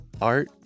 art